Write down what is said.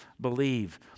believe